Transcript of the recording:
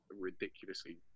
ridiculously